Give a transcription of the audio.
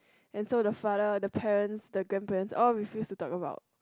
and so the father the parents the grandparents all refuse to talk about